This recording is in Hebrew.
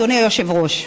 אדוני היושב-ראש,